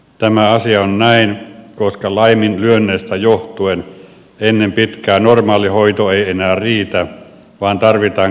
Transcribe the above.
tämä asia on näin koska laiminlyönneistä johtuen ennen pitkää normaalihoito ei enää riitä vaan tarvitaan kallis peruskorjaus